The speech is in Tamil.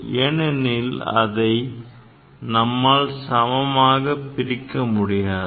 ஏனெனில் அதை நம்மால் சமமாக பிரிக்க முடியாது